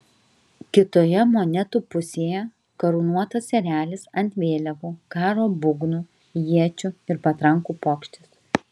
kitoje monetų pusėje karūnuotas erelis ant vėliavų karo būgnų iečių ir patrankų puokštės